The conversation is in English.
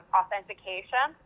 authentication